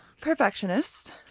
perfectionist